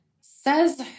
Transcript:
says